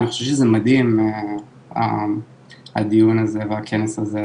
אני חושב שזה מדהים הדיון הזה והכנס הזה,